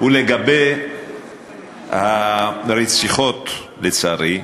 לגבי הרציחות, לצערי,